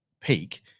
peak